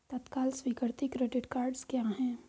तत्काल स्वीकृति credit cards क्या हैं?